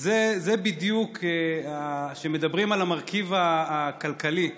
וזה בדיוק, כשמדברים על המרכיב הכלכלי,